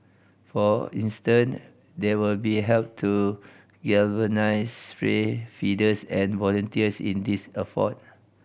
for instant they will be help to galvanise stray feeders and volunteers in these effort